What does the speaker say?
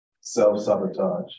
self-sabotage